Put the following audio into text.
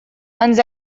ens